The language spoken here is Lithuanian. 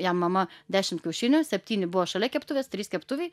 jam mama dešimt kiaušinių septyni buvo šalia keptuvės trys keptuvėj